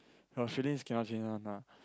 your feelings cannot change one ah